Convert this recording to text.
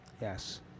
Yes